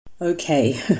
Okay